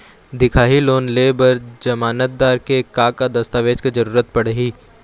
दिखाही लोन ले बर जमानतदार के का का दस्तावेज के जरूरत पड़ही?